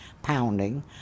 pounding